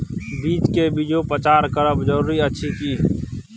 बीज के बीजोपचार करब जरूरी अछि की?